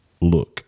look